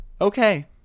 okay